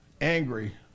angry